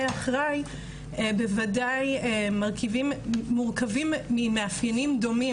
אחראי בוודאי מורכבים ממאפיינים דומים,